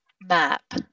map